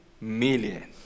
million